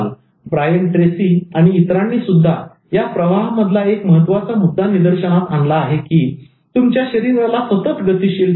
Brian Tracy Brian Tracy आणि इतरांनी सुद्धा या प्रवाहामधला एक महत्त्वाचा मुद्दा निदर्शनास आणला आहे की तुमच्या शरीराला सतत गतिशील ठेवा